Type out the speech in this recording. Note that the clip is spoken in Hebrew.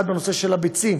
1. בנושא של הביצים,